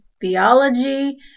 theology